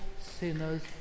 Sinners